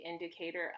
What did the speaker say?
indicator